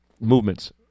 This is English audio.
Movements